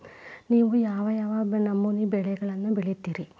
ನೇವು ಯಾವ್ ಯಾವ್ ನಮೂನಿ ಬೆಳಿಗೊಳನ್ನ ಬಿತ್ತತಿರಿ?